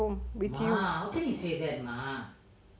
with you